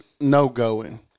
no-going